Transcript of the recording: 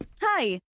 Hi